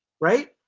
right